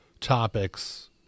topics